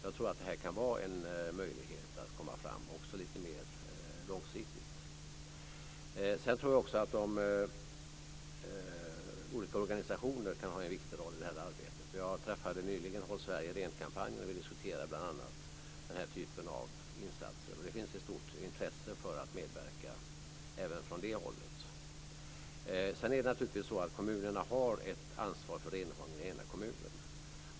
Jag tror att det kan vara en möjlighet att komma fram också lite mer långsiktigt. Sedan tror jag också att de olika organisationerna kan ha en viktig roll i det här arbetet. Jag träffade nyligen företrädare för kampanjen Håll Sverige rent. Vi diskuterade bl.a. den här typen av insatser. Det finns ett stort intresse för att medverka även från det hållet. Kommunerna har ett ansvar för renhållningen i den egna kommunen.